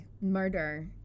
murder